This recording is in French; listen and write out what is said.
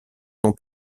sont